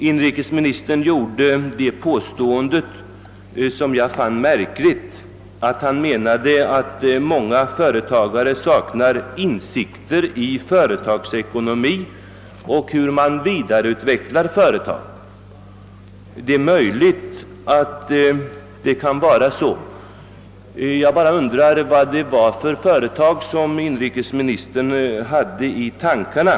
Inrikesministern påstod, vilket jag fann märkligt, att många företagare saknar insikter i företagsekonomi och i hur man vidareutvecklar ett företag. Det är möjligt att det är så, jag bara undrar vilka företag inrikesministern hade i tankarna.